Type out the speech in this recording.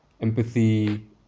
empathy